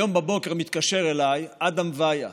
היום בבוקר מתקשר אלי אדם ויה,